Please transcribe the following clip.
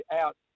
out